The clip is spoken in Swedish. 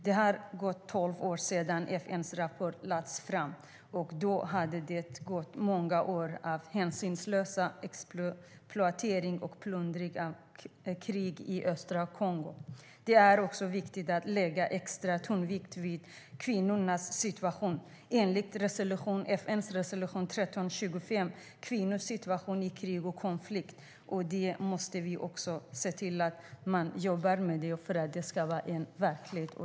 Det har gått tolv år sedan FN-rapporten lades fram. Och då hade det gått många år av hänsynslös exploatering, plundring och krig i östra Kongo. Det är också viktigt att lägga extra tonvikt vid kvinnornas situation, enligt FN:s resolution 1325 - kvinnors situation i krig och konflikt. Vi måste se till att man jobbar med det för att detta ska bli verklighet.